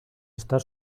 estar